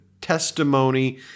testimony